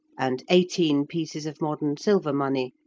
and eighteen pieces of modern silver money,